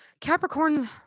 Capricorn